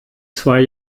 zwei